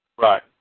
Right